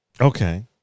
Okay